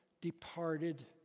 departed